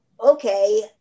okay